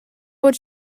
would